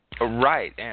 Right